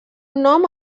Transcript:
nom